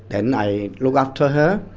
then i look after her,